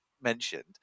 mentioned